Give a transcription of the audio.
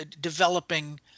developing